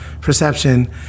perception